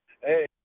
Hey